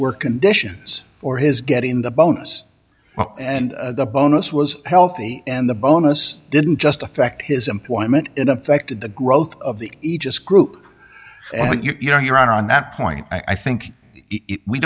were conditions for his getting the bonus and the bonus was healthy and the bonus didn't just affect his employment it affected the growth of the aegis group you know your honor on that point i